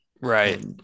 Right